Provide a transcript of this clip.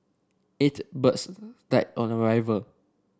eight birds died on arrival